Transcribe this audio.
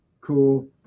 cool